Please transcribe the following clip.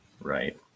Right